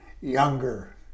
younger